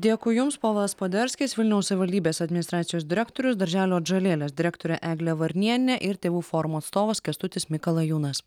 dėkui jums povilas poderskis vilniaus savivaldybės administracijos direktorius darželio atžalėlės direktorė eglė varnienė ir tėvų forumo atstovas kęstutis mikalajūnas